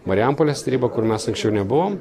marijampolės tarybą kur mes anksčiau nebuvom